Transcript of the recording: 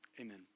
Amen